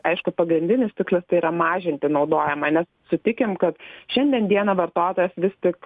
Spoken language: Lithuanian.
aišku pagrindinis tikslas tai yra mažinti naudojimą nes sutikim kad šiandien dieną vartotojas vis tik